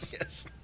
yes